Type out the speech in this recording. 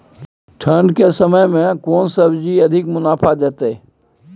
ठंढ के समय मे केना सब्जी अधिक मुनाफा दैत?